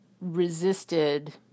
resisted